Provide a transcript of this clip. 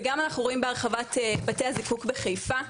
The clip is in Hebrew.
וגם אנחנו רואים בהרחבת בתי הזיקוק בחיפה,